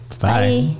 Bye